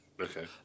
Okay